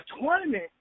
tournament